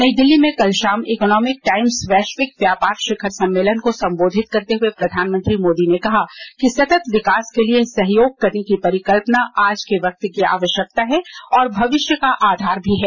नई दिल्ली में कल शाम इकनोमिक टाइम्स वैश्विक व्यापार शिखर सम्मेलन को संबोधित करते हुए प्रधानमंत्री मोदी ने कहा कि सतत विकास के लिए सहयोग करने की परिकल्पना आज के वक्त की आवश्यकता है और भविष्य का भी आधार है